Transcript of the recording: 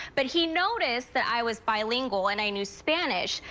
but he noticed that i was bilingual and i knew spanish.